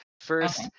first